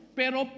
pero